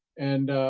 and